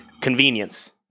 convenience